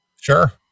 Sure